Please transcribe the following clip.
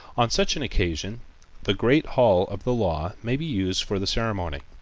on such an occasion the great hall of the law may be used for the ceremony.